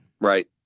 right